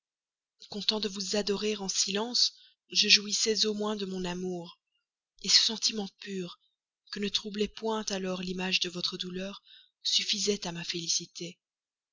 pensées content de vous adorer en silence je jouissais au moins de mon amour ce sentiment pur que ne troublait point alors l'image de votre douleur suffisait à ma félicité